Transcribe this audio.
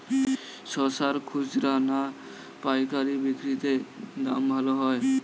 শশার খুচরা না পায়কারী বিক্রি তে দাম ভালো হয়?